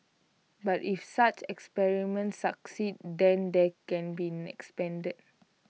but if such experiments succeed then they can be expanded